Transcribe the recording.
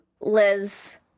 liz